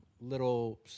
little